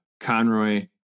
Conroy